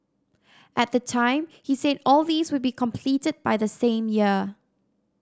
at the time he said all these would be completed by the same year